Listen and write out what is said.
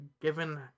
given